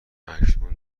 اکنون